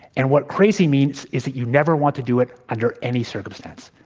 and what crazy means is that you never want to do it under any circumstances.